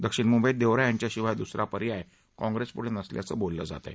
दक्षिण मुंबईत देवरा यांच्याशिवाय दुसरा पर्याय कॉंग्रेसपुढे नसल्याचे बोलले जात आहे